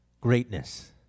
Greatness